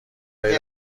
داری